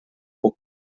puc